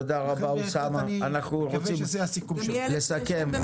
תודה רבה אוסאמה אנחנו רוצים לסכם את